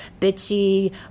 bitchy